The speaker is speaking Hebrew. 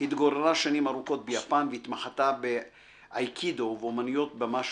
התגוררה שנים ארוכות ביפן והתמחתה באייקידו ובאומנויות במה שונות.